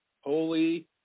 Holy